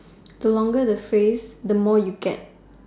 the longer the phrase the more you get